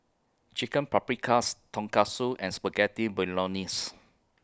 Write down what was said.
Chicken Paprikas Tonkatsu and Spaghetti Bolognese